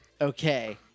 Okay